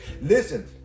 listen